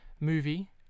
movie